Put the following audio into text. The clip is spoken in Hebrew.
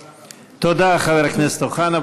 תודה, חבר הכנסת אוחנה.